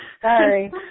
sorry